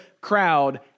crowd